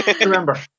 Remember